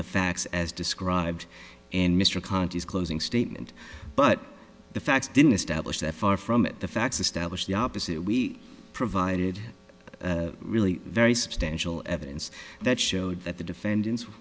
the facts as described in mr conti's closing statement but the facts didn't establish that far from it the facts established the opposite we provided really very substantial evidence that showed that the defendant